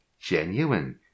Genuine